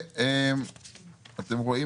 אתם רואים